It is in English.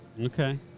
Okay